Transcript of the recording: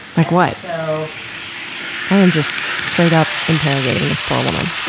like what? so i am just straight up interrogating this poor woman.